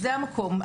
זהו המקום.